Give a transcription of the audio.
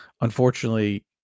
unfortunately